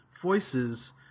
voices